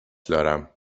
دارم